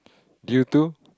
due to